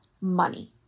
money